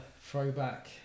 throwback